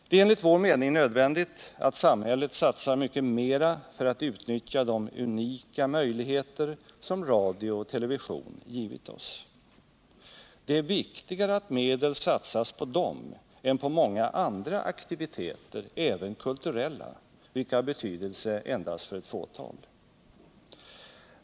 Det är enligt vår mening nödvändigt att samhället satsar mycket mera för att utnyttja de unika möjligheter som radio och television har givit oss. Det är viktigare att medel satsas på dem än på många andra aktiviteter, även kulturella, vilka har betydelse endast för ett fåtal.